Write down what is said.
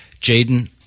Jaden